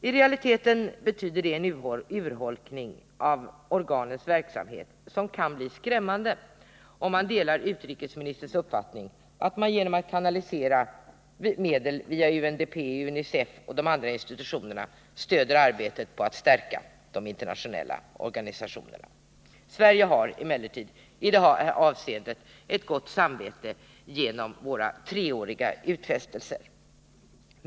I realiteten betyder detta en urholkning av organens verksamhet som kan bli skrämmande, om man delar utrikesministerns uppfattning att man genom att kanalisera medel via UNDP, UNICEF och de andra institutionerna stöder arbetet med att stärka de internationella organisationerna. Sverige har alltså i detta avseende ett gott samvete genom våra treåriga utfästelser.